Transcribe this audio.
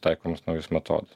taikomus naujus metodus